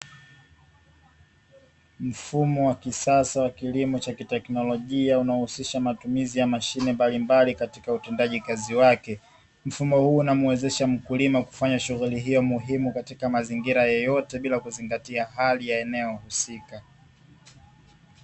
Mfumo wa kisasa wa kilimo cha kiteknolojia kinachohusisha mashine mbalimbali katika utendaji kazi wake, unamwezesha mkulima kulima katika mazingira yoyote bila kuzingatia mazingira husika.